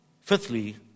Fifthly